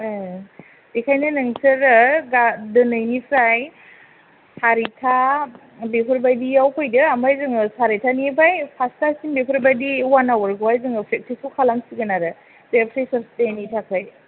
ए बेखायनो नोंसोरो गा दिनैनिफ्राय सारिथा बेफोर बायदियाव फैदो ओमफ्राय जोङो सारिथानिफ्राय फासथासिम बेफोर बायदि वान आवारखौहाय जोङो फ्रेखथिसखौ खालाम सिगोन आरो बे फ्रेसार्स देनि थाखाय